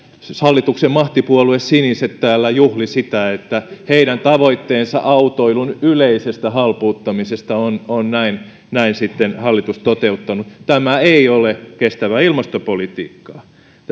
hallituksen mahtipuolue siniset täällä juhli sitä että heidän tavoitteensa autoilun yleisestä halpuuttamisesta on on näin näin sitten hallitus toteuttanut tämä ei ole kestävää ilmastopolitiikkaa